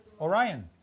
Orion